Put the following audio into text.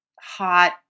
hot